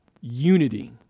unity